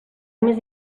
més